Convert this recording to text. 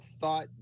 thought